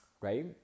right